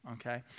Okay